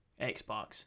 Xbox